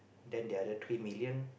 then the other three million